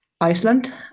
Iceland